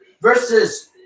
versus